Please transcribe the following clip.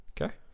Okay